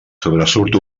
sobresurt